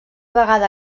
vegada